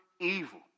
evil